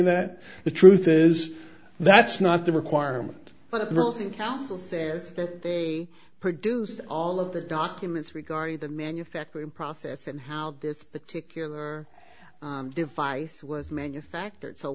that the truth is that's not the requirement but of all the council says that they produced all of the documents regarding the manufacturing process and how this particular device was manufactured so